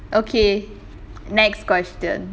okay next question